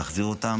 בשביל להחזיר אותם,